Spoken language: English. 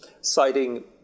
citing